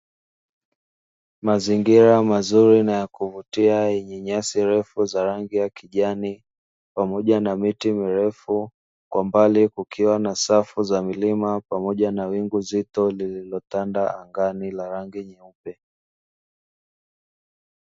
Mazingira mazuri na ya kuvutia yenye nyasi ndefu za rangi ya kijani, pamoja na miti mirefu kwa mbali kukiwa na safu za milima pamoja na wingu zito lililotanda angani la rangi nyeupe.